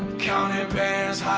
counting bands,